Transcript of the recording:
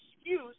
excuse